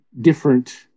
different